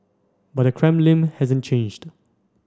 but the Kremlin hasn't changed